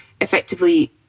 effectively